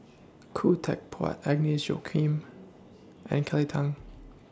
Khoo Teck Puat Agnes Joaquim and Kelly Tang